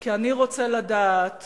כי אני רוצה לדעת